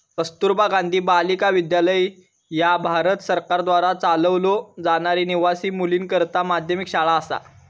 कस्तुरबा गांधी बालिका विद्यालय ह्या भारत सरकारद्वारा चालवलो जाणारी निवासी मुलींकरता माध्यमिक शाळा असा